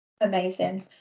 amazing